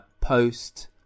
post